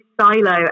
silo